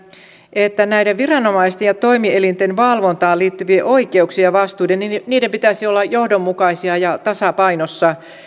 että näiden viranomaisten ja toimielinten valvontaan liittyvien oikeuksien ja vastuiden pitäisi olla johdonmukaisia ja tasapainossa